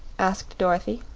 asked dorothy.